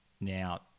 now